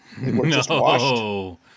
No